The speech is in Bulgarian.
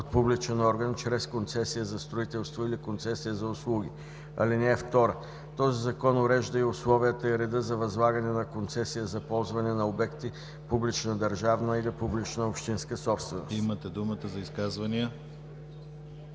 от публичен орган чрез концесия за строителство или концесия за услуги. (2) Този Закон урежда и условията и реда за възлагане на концесия за ползване на обекти, публична държавна или публична общинска собственост.“ ПРЕДСЕДАТЕЛ